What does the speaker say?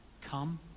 come